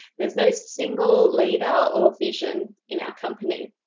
there is no single leader or vision in our company.